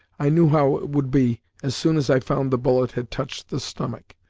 i knew how it would be, as soon as i found the bullet had touched the stomach.